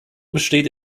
besteht